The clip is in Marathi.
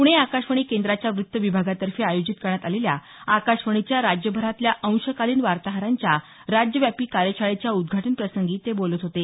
पुणे आकाशवाणी केंद्राच्या वृत्त विभागांतर्फे आयोजित करण्यात आलेल्या आकाशवाणीच्या राज्यभरातील अंशकालीन वार्ताहरांच्या राज्यव्यापी कार्यशाळेच्या उदघाटन प्रसंगी ते बोलत होते